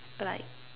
like